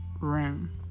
room